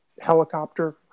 helicopter